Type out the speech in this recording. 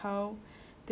climate change